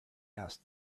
asked